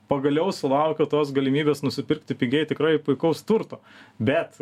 pagaliau sulaukiau tos galimybės nusipirkti pigiai tikrai puikaus turto bet